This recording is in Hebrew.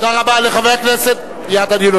תודה רבה לחבר הכנסת רותם.